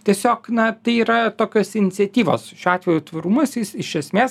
tiesiog na tai yra tokios iniciatyvos šiuo atveju tvarumas jis iš esmės